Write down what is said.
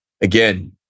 Again